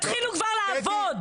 תתחילו כבר לעבוד.